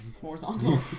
Horizontal